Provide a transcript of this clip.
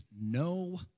no